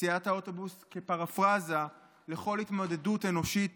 נסיעת האוטובוס כפרפראזה לכל התמודדות אנושית